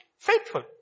Faithful